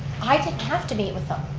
i didn't have to meet with him.